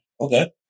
Okay